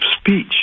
speech